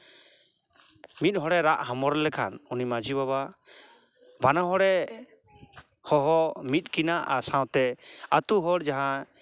ᱢᱤᱫ ᱦᱚᱲᱮ ᱨᱟᱜ ᱦᱚᱢᱚᱨ ᱞᱮᱠᱷᱟᱱ ᱩᱱᱤ ᱢᱟ ᱡᱷᱤ ᱵᱟᱵᱟ ᱵᱟᱵᱟ ᱦᱚᱲᱮ ᱦᱚᱦᱚ ᱢᱤᱫ ᱠᱤᱱᱟᱹ ᱟᱨ ᱥᱟᱶᱛᱮ ᱟᱛᱳ ᱦᱚᱲ ᱡᱟᱦᱟᱸ